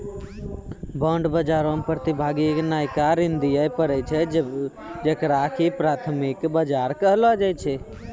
bond बजारो मे प्रतिभागी के नयका ऋण दिये पड़ै छै जेकरा की प्राथमिक बजार कहलो जाय छै